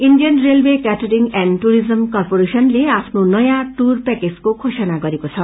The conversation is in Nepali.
Indian railway catering and tourism कर्पोरेशनले आफ्नो नयाँ टूर पैकेजको घोषणा गरेको छ